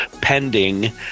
pending